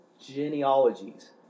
genealogies